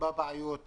בבעיות הללו.